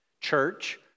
church